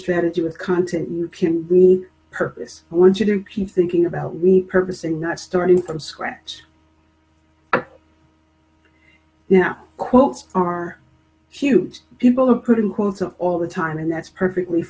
strategy with content can be purpose i want you to keep thinking about we purposely not starting from scratch now quotes are huge people are put in quotes of all the time and that's perfectly